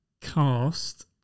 cast